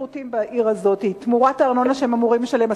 שירותים בעיר הזאת תמורת הארנונה שהם אמורים לשלם,